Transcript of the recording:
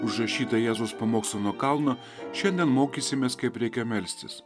užrašytą jėzaus pamokslą nuo kalno šiandien mokysimės kaip reikia melstis